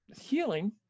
healing